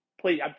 Please